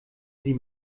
sie